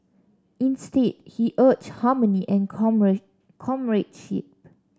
instead he urged harmony and comradeship